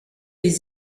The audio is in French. les